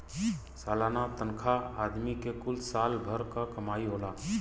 सलाना तनखा आदमी के कुल साल भर क कमाई होला